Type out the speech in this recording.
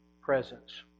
Presence